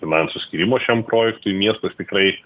finansų skyrimo šiam projektui miestas tikrai